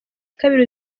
kabiri